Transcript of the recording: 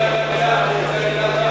האמירה הזאת.